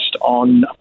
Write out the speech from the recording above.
on